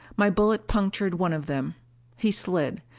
my bullet punctured one of them he slid,